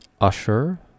Usher